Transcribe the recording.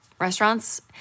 Restaurants